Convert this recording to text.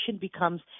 becomes